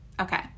okay